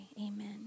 amen